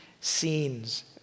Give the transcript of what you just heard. scenes